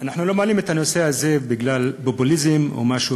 אנחנו לא מעלים את הנושא הזה בגלל פופוליזם או משהו,